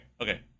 Okay